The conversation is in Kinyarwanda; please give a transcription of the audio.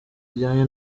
zijyanye